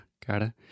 cara